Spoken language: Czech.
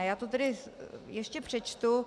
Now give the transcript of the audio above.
Já to tedy ještě přečtu.